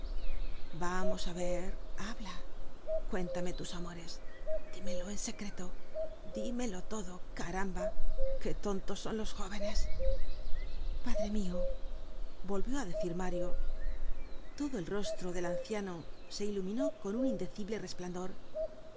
vamos á ver habla cuéntame tus amores dímelo en secreto dímelo todo caramba qué tontos son los jóvenes padre mio volvió á decir mario todo el rostro del anciano se iluminó con un indecible resplandor